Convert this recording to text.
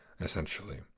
essentially